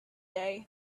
day